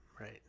Right